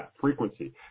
frequency